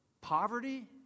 Poverty